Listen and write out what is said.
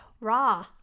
raw